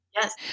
Yes